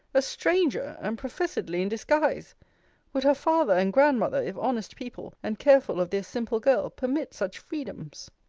a stranger, and professedly in disguise would her father and grandmother, if honest people, and careful of their simple girl, permit such freedoms?